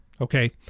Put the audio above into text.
okay